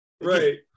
Right